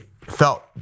felt